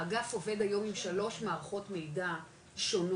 האגף עובד היום עם שלוש מערכות מידע שונות,